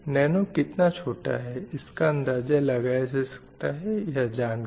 nano कितना छोटा है इसका अंदाज़ा लगाया जा सकता है यह जानकर